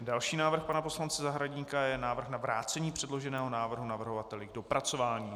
Další návrh pana poslance Zahradníka je návrh na vrácení předloženého návrhu navrhovateli k dopracování.